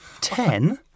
ten